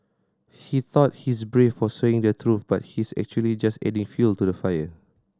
he thought he's brave for saying the truth but he's actually just adding fuel to the fire